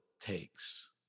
takes